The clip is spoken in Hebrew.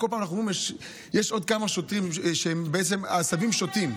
בכל פעם אנחנו רואים שיש עוד כמה שוטרים שהם בעצם עשבים שוטים.